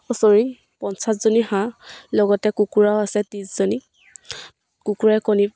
বছৰি পঞ্চাছজনী হাঁহ লগতে কুকুৰাও আছে ত্ৰিছজনী কুকুৰাই কণী